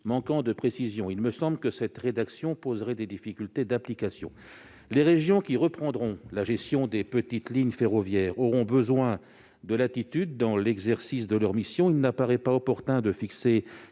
manquant de précision. Je pense que cette rédaction poserait des difficultés d'application. Les régions qui reprendront la gestion des petites lignes ferroviaires auront besoin de latitude dans l'exercice de leur mission, et il n'apparaît pas opportun de fixer